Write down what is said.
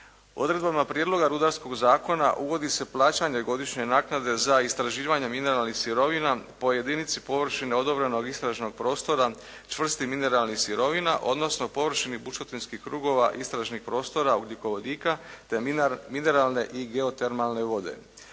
Odredbama Prijedloga rudarskog zakona uvodi se plaćanje godišnje naknade za istraživanje mineralnih sirovina po jedinici površine odobrenog istražnog prostora čvrstih mineralnih sirovina, odnosno površini bušotinskih krugova istražnih prostora ugljikovodika te mineralne i geotermalne vode.